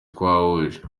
twahuje